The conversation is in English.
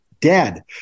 dead